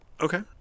Okay